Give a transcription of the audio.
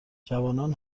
جوانان